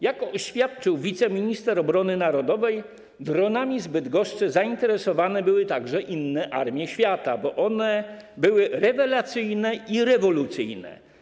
Jak oświadczył wiceminister obrony narodowej, dronami z Bydgoszczy zainteresowane były także inne armie świata, bo były one rewelacyjne i rewolucyjne.